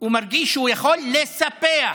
הוא מרגיש שהוא יכול, לספח,